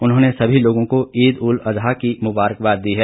उन्होंने सभी लोगों को ईद उल अज्हा की मुबारकबाद दी है